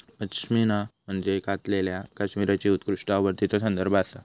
पश्मिना म्हणजे कातलेल्या कश्मीरीच्या उत्कृष्ट आवृत्तीचो संदर्भ आसा